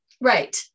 Right